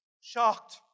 shocked